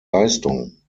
leistung